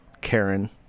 Karen